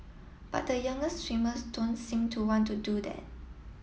but the younger swimmers don't seem to want to do that